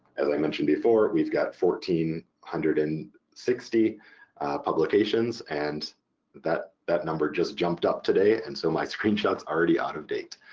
as i mentioned before we've got one hundred and sixty publications and that that number just jumped up today and so my screen shot's already out of date.